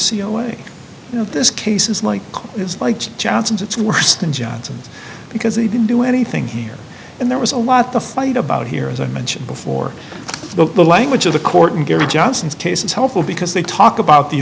know this case is like it's like johnson's it's worse than johnson because he didn't do anything here and there was a lot to fight about here as i mentioned before the language of the court and gary johnson's case is helpful because they talk about the